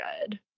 good